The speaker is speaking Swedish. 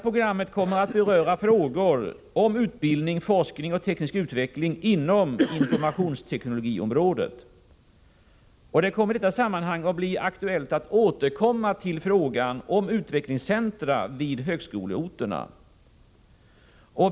Programmet kommer att beröra frågor om utbildning, forskning och teknisk utveckling inom informationsteknologiområdet. I det sammanhanget blir det aktuellt att återkomma till frågan om utvecklingscentra på högskoleorterna.